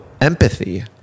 empathy